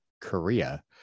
Korea